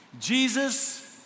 Jesus